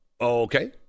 Okay